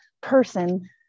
person